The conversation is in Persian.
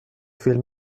فیلم